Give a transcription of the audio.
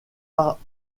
arts